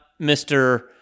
Mr